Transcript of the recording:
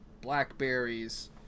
blackberries